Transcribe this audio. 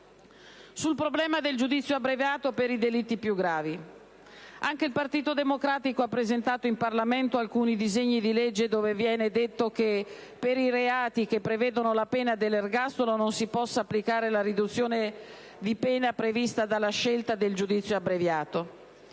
Sul problema del giudizio abbreviato per i delitti più gravi anche il Partito Democratico ha presentato in Parlamento alcuni disegni di legge, nei quali viene stabilito che ai reati che prevedono la pena dell'ergastolo non si possa applicare la riduzione di pena prevista dalla scelta del giudizio abbreviato: